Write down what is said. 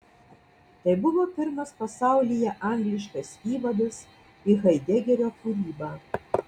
tai buvo pirmas pasaulyje angliškas įvadas į haidegerio kūrybą